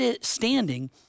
standing